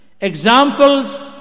Examples